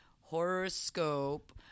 Horoscope